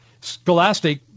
Scholastic